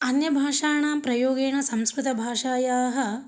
अन्य भाषाणां प्रयोगेण संस्कृत भाषायाः